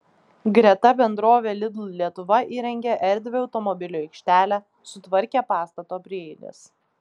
greta bendrovė lidl lietuva įrengė erdvią automobilių aikštelę sutvarkė pastato prieigas